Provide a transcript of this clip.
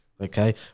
okay